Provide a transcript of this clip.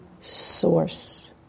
source